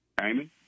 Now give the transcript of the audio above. Amy